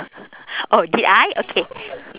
oh did I okay